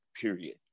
period